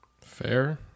Fair